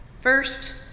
First